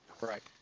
Right